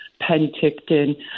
Penticton